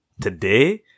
today